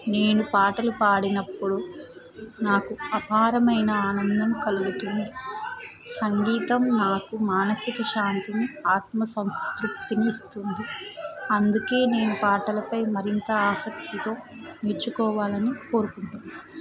నేను పాటలు పాడినప్పుడు నాకు అపారమైన ఆనందం కలుగుతుంది సంగీతం నాకు మానసిక శాంతిని ఆత్మసంతృప్తినిస్తుంది అందుకే నేను పాటలపై మరింత ఆసక్తితో మెచ్చుకోవాలని కోరుకుంటున్నాను